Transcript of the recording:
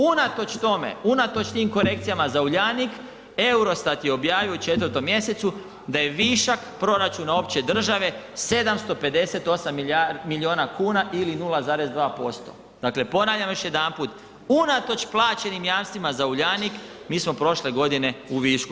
Unatoč tome, unatoč tim korekcijama za Uljanik, EUROSTAT je objavio u 4. mjesecu da je višak proračuna opće države 758 milijuna kuna ili 0,2%, dakle ponavljam još jedanput, unatoč plaćenim jamstvima za Uljanik mi smo prošle godine u višku.